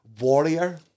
warrior